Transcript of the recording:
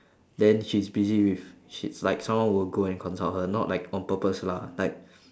then she's busy with she's like someone will go and consult her not like on purpose lah like